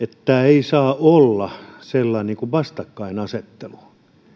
ei saa olla sellaista vastakkainasettelua